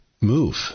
Move